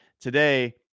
Today